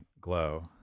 GLOW